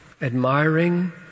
admiring